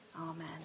Amen